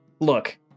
Look